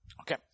Okay